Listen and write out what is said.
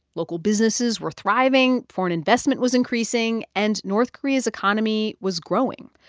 local businesses were thriving, foreign investment was increasing, and north korea's economy was growing.